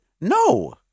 no